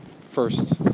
first